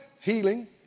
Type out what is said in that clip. Healing